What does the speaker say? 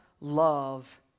love